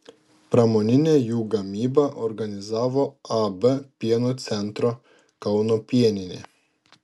pramoninę jų gamybą organizavo ab pieno centro kauno pieninė